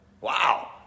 Wow